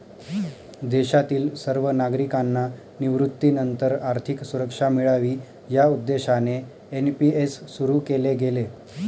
देशातील सर्व नागरिकांना निवृत्तीनंतर आर्थिक सुरक्षा मिळावी या उद्देशाने एन.पी.एस सुरु केले गेले